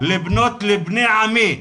לבני עמי,